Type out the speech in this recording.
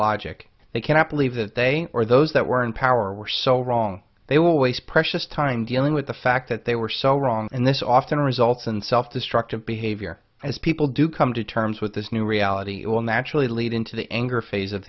logic they cannot believe that they or those that were in power were so wrong they will waste precious time dealing with the fact that they were so wrong and this often results in self destructive behavior as people do come to terms with this new reality it will naturally lead into the anger phase of